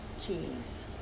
keys